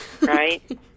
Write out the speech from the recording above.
Right